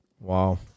Wow